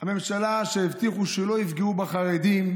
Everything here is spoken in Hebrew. הממשלה שהבטיחה שלא יפגעו בחרדים,